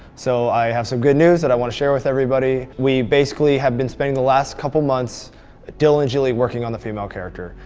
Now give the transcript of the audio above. so i have some good news that i want to share with everybody we basically have been spending the last couple months diligently working on the female character.